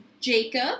Jacob